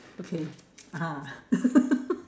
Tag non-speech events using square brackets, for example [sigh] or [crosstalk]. okay ah [laughs]